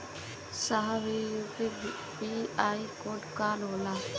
साहब इ UPI code का होला?